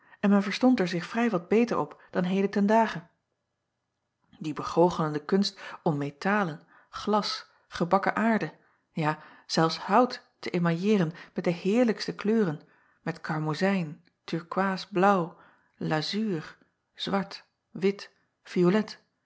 en men verstond er zich vrij wat beter op dan heden ten dage ie begoochelende kunst om metalen glas gebakken aarde ja zelfs hout te emailleeren met de heerlijkste kleuren met karmozijn turkoisblaauw lazuur zwart wit violet